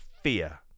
fear